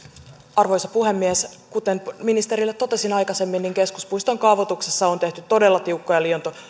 arvoisa puhemies kuten ministerille totesin aikaisemmin keskuspuiston kaavoituksessa on tehty todella tiukkoja